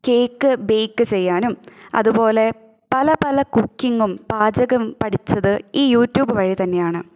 cake bake ചെയ്യാനും അതുപോലെ പല പല കുക്കിങ്ങും പാചകം പഠിച്ചത് ഈ യുട്യൂബ് വഴി തന്നെയാണ്